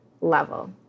level